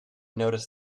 notice